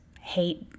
hate